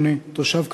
בן 58, תושב כרמיאל,